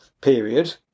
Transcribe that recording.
Period